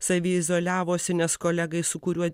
saviizoliavosi nes kolegai su kuriuo